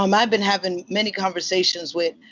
um i've been having many conversations with